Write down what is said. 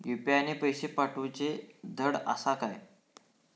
UPI ने पैशे पाठवूचे धड आसा काय?